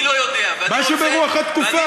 אני לא יודע, משהו ברוח התקופה.